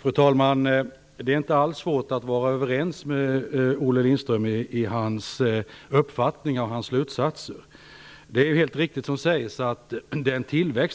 Fru talman! Det är inte svårt att vara överens med Olle Lindström i hans uppfattningar och slutsatser. Det Olle Lindström säger är helt riktigt: